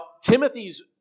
Timothy's